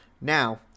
Now